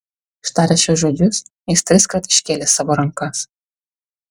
ištaręs šiuos žodžius jis triskart iškėlė savo rankas